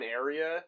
area